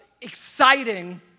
exciting